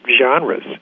genres